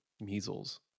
measles